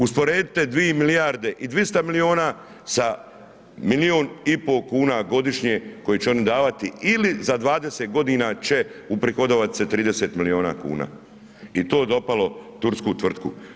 Usporedite 2 milijarde i 200 milijuna sa milijun i po kuna godišnje koje će oni davati ili za 20.g. će uprihodovat se 30 milijuna kuna i to dopalo tursku tvrtku.